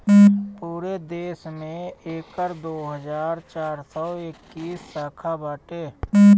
पूरा देस में एकर दो हज़ार चार सौ इक्कीस शाखा बाटे